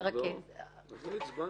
-- עוד לא הצבענו.